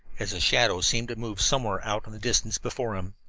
as a shadow seemed to move somewhere out in the distance before him.